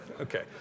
Okay